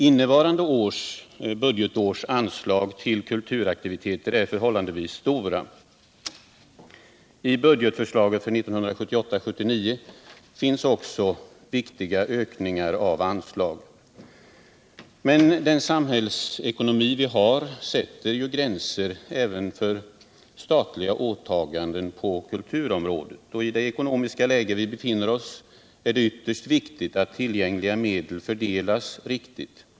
Innevarande budgetårs anslag till kulturaktiviteter är förhållandevis stora. I budgetförslaget för 1978/79 finns också viktiga ökningar av anslag. Men den samhällsekonomi vi nu har sätter ju gränser även för statliga åtaganden på kulturområdet. I det ekonomiska läge vi befinner oss i är det ytterst viktigt att tillgängliga medel fördelas riktigt.